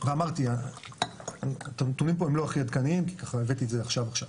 אמרתי שהנתונים פה הם לא הכי עדכניים כי הבאתי את זה ממש עכשיו.